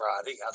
Friday